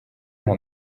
nta